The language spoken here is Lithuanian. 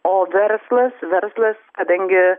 o verslas verslas kadangi